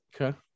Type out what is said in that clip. Okay